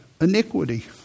iniquity